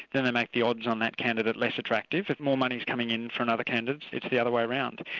then they make the odds on that candidate less attractive, if more money's coming in for another candidate, it's the other way around.